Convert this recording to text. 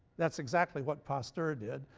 that's exactly what pasteur did,